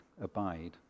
abide